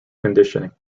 conditioning